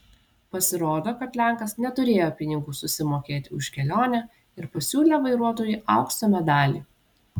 pasirodo kad lenkas neturėjo pinigų susimokėti už kelionę ir pasiūlė vairuotojui aukso medalį